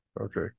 Okay